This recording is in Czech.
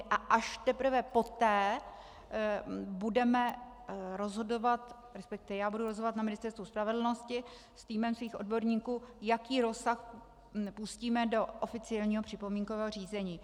Až teprve poté budeme rozhodovat, respektive já budu rozhodovat na Ministerstvu spravedlnosti s týmem svých odborníků, jaký rozsah pustíme do oficiálního připomínkového řízení.